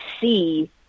see